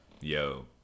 yo